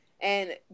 And-